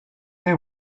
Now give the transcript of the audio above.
they